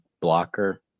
blocker